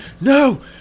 no